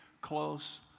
close